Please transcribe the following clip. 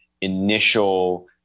initial